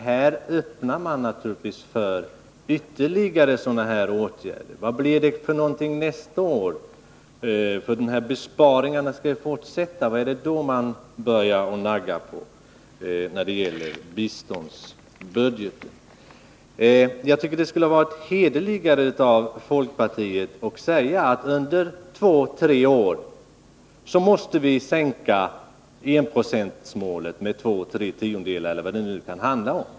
Här öppnar man naturligtvis för ytterligare sådana här åtgärder. Vad blir det nästa år? Besparingarna skall ju fortsätta. Vad skall man då börja att nagga på när det gäller biståndsbudgeten? Jag tycker att det skulle ha varit hederligare av folkpartiet att säga att under två tre år måste vi sänka enprocentsmålet med två eller tre tiondelar eller vad det nu kan handla om.